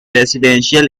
residential